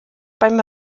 beim